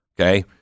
Okay